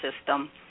system